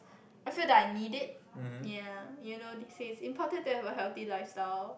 I feel that I need it ya you know they say it's important to have a healthy lifestyle